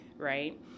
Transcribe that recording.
Right